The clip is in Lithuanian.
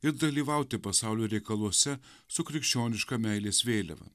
ir dalyvauti pasaulio reikaluose su krikščioniška meilės vėliava